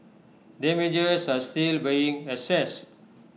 damages are still being assessed